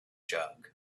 jug